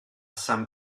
san